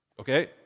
Okay